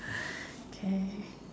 K